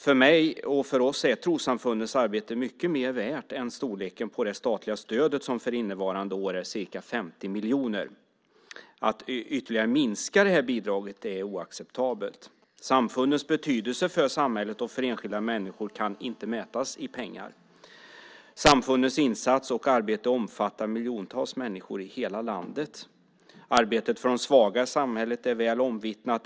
För mig och för oss är trossamfundens arbete mycket mer värt än storleken på det statliga stödet som för innevarande år är ca 50 miljoner. Att ytterligare minska det bidraget är oacceptabelt. Samfundens betydelse för samhället och för enskilda människor kan inte mätas i pengar. Samfundens insats och arbete omfattar miljontals människor i hela landet. Arbetet för de svaga i samhället är väl omvittnat.